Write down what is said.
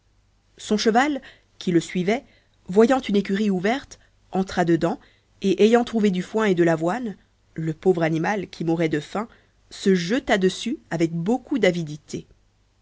son cheval qui le suivait voyant une grande écurie ouverte entra dedans et ayant trouvé du foin et de l'avoine le pauvre animal qui mourait de faim se jeta dessus avec beaucoup d'avidité